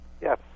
Yes